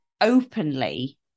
openly